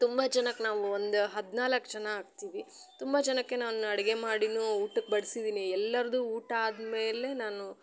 ತುಂಬ ಜನಕ್ಕೆ ನಾವು ಒಂದು ಹದಿನಾಲ್ಕು ಜನ ಆಗ್ತೀವಿ ತುಂಬ ಜನಕ್ಕೆ ನಾನು ಅಡುಗೆ ಮಾಡಿನು ಊಟಕ್ ಬಡ್ಸಿದ್ದೀನಿ ಎಲ್ಲರ್ದೂ ಊಟ ಆದ ಮೇಲೆ ನಾನು